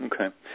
Okay